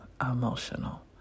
emotional